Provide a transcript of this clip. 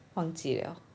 忘记 liao